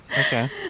Okay